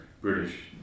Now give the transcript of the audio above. British